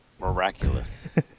miraculous